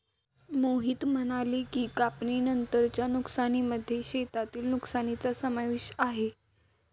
मोहित म्हणाले की, कापणीनंतरच्या नुकसानीमध्ये शेतातील नुकसानीचा समावेश आहे